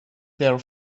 their